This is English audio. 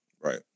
Right